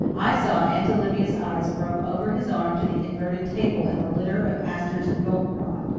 i saw aunt olivia's eyes roam over his arm to the inverted table and the litter of asters and goldenrod.